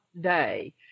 day